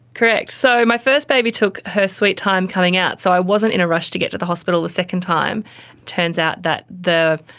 correct. so my first baby talk her sweet time coming out, so i wasn't in a rush to get to the hospital the second time. it turns out that the,